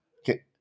Okay